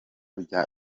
bya